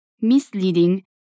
misleading